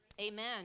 Amen